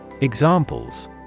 Examples